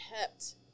kept